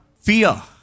fear